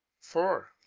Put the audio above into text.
four